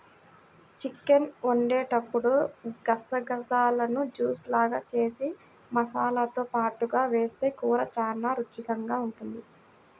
chicken వండేటప్పుడు గసగసాలను juice లాగా జేసి మసాలాతో పాటుగా వేస్తె కూర చానా రుచికరంగా ఉంటది